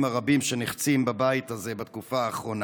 הרבים שנחצים בבית הזה בתקופה האחרונה.